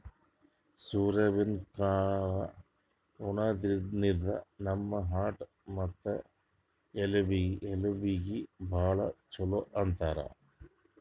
soybean ಕಾಳ್ ಉಣಾದ್ರಿನ್ದ ನಮ್ ಹಾರ್ಟ್ ಮತ್ತ್ ಎಲಬೀಗಿ ಭಾಳ್ ಛಲೋ ಅಂತಾರ್